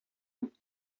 nous